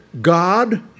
God